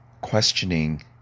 questioning